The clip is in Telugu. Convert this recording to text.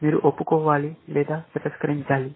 మీరు ఒప్పుకోవాలి లేదా మీరు తిరస్కరించాలి